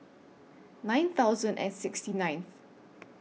nine thousand and sixty ninth